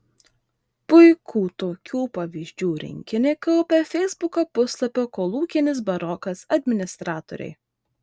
puikų tokių pavyzdžių rinkinį kaupia feisbuko puslapio kolūkinis barokas administratoriai